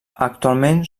actualment